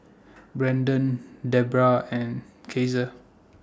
Brandan Debra and Caesar